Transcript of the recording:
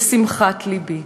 לשמחת לבי,